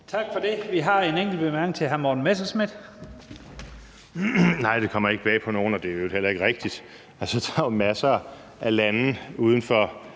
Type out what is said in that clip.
Tak. Der er en kort bemærkning til hr. Morten Messerschmidt.